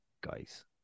guys